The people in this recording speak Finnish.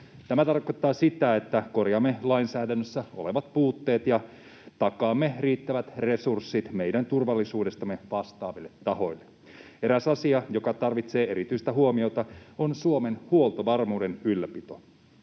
Tämä tarkoittaa sitä, että korjaamme lainsäädännössä olevat puutteet ja takaamme riittävät resurssit meidän turvallisuudestamme vastaaville tahoille. Eräs asia, joka tarvitsee erityistä huomiota, on Suomen huoltovarmuuden ylläpito.